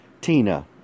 Tina